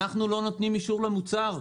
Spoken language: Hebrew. אנחנו לא נותנים אישור למוצר,